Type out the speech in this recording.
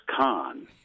Khan